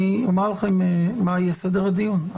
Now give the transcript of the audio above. אני אומר לכם מה יהיה סדר הדיון.